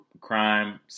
crime